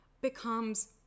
becomes